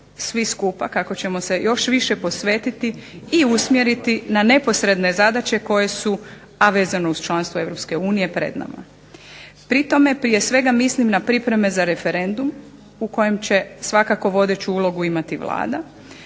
svi skupa, kako ćemo se još više posvetiti i usmjeriti na neposredne zadaće koje su a vezano uz članstvo Europske unije pred nama. Pri tome prije svega mislim na pripreme za referendum u kojem će svakako vodeću ulogu imati Vlada,